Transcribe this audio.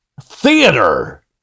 theater